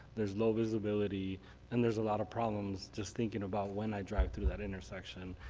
there's low visibility and there's a lot of problems just thinking about when i drive through that intersection.